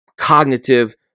Cognitive